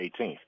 18th